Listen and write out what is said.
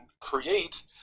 create